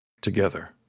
together